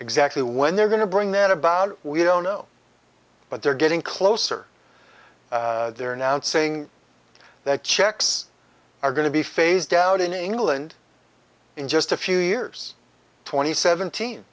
exactly when they're going to bring that about we don't know but they're getting closer they're announcing that checks are going to be phased out in england in just a few years twenty seventeen